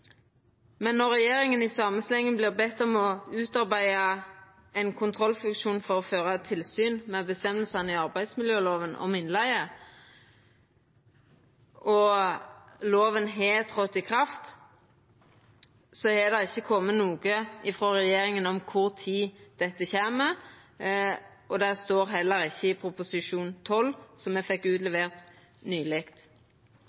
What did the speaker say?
men når regjeringa i same slengen vart bedd om å utarbeida ein kontrollfunksjon for å føra tilsyn med føresegnene i arbeidsmiljøloven om innleige, og loven har trett i kraft, har det ikkje kome noko frå regjeringa om kva tid dette kjem, og det står heller ikkje i Prop. 12, som me nyleg fekk